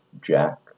Jack